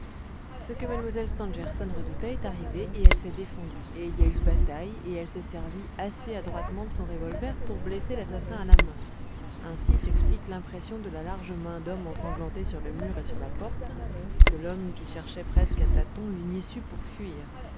ce que mlle stangerson redoutait est arrivé et elle s'est défendue et il y a eu bataille et elle s'est servie assez adroitement de son revolver pour blesser l'assassin à la main ainsi s'explique l'impression de la large main d'homme ensanglantée sur le mur et sur la porte de l'homme qui cherchait presque à tâtons une issue pour fuir